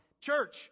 church